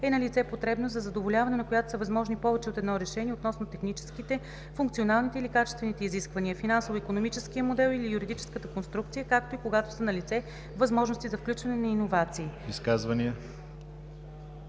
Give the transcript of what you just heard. е налице потребност, за задоволяване на която са възможни повече от едно решение относно техническите, функционалните или качествените изисквания, финансово-икономическия модел или юридическата конструкция, както и когато са налице възможности за включване на иновации.“